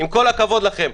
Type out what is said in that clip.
עם כל הכבוד לכם.